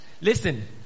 listen